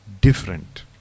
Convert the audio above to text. different